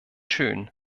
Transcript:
schön